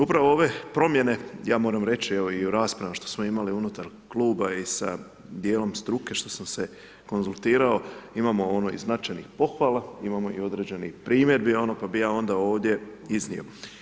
Upravo ove promjene ja moram reći, evo u raspravama što smo imali unutar kluba i sa djelom struke što sam se konzultirao, imamo i značajnih pohvala, imamo i određenih primjedbi pa bi ja onda ovdje iznio.